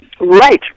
Right